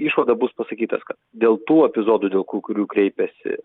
išvada bus pasakytas kad dėl tų epizodų dėl kurių kreipiasi